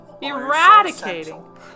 eradicating